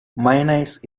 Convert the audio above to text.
mayonnaise